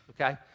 okay